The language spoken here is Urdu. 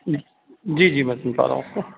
جی جی میں سن پا رہا ہوں